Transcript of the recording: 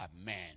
Amen